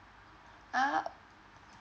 ah